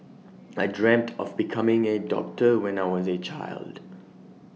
I dreamt of becoming A doctor when I was A child